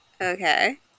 Okay